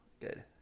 Good